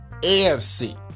AFC